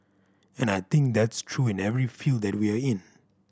and I think that's true in every field that we are in